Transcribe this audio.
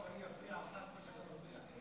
אני אפריע לך כמו שאתה מפריע לי.